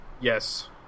Yes